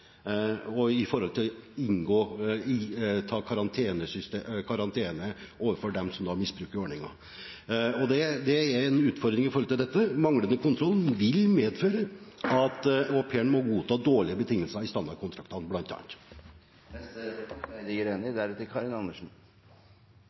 karantene overfor dem som misbruker ordningen. Det er en utfordring med hensyn til dette. Manglende kontroll vil bl.a. medføre at au pairen må godta dårlige betingelser i standardkontraktene.